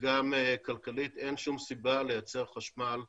וגם כלכלית, אין שום סיבה לייצר חשמל בפחם.